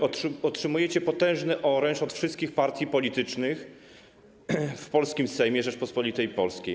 Otrzymujecie potężny oręż od wszystkich partii politycznych w Sejmie Rzeczypospolitej Polskiej.